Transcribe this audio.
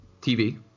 TV